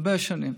הרבה שנים.